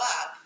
up